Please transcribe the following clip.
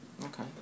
Okay